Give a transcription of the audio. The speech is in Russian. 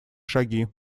шаги